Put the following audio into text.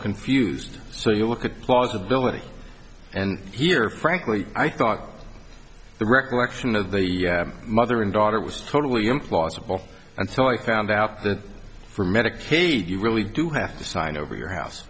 confused so you look at plausibility and here frankly i thought the recollection of the mother and daughter was totally implausible until i found out that for medicaid you really do have to sign over your